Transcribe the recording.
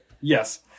Yes